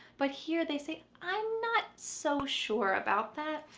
but here they say, i'm not so sure about that.